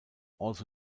also